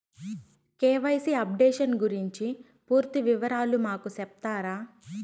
KYC updation గురించి పూర్తి వివరాలు మాకు సెప్తారా?